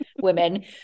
women